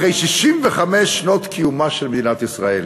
של ערבים אחרי 65 שנות קיומה של מדינת ישראל.